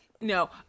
No